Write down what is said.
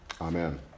Amen